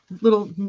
Little